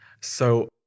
So-